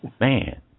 Man